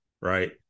Right